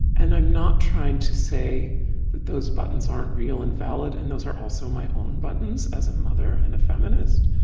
and i'm not trying to say that those buttons aren't real and valid, and those are also my own buttons as a mother and a feminist.